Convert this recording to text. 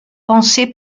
penser